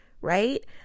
right